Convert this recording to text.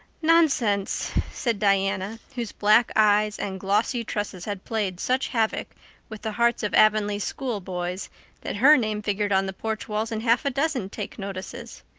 nonsense, said diana, whose black eyes and glossy tresses had played such havoc with the hearts of avonlea schoolboys that her name figured on the porch walls in half a dozen take-notices.